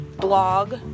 blog